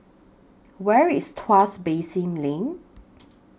Where IS Tuas Basin Lane